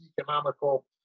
economical